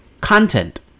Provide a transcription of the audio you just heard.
Content